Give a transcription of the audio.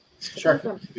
Sure